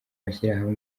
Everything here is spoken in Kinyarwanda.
mashirahamwe